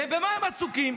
ובמה הם עסוקים?